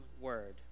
word